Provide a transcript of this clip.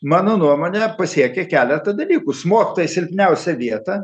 mano nuomone pasiekė keletą dalykų smogta į silpniausią vietą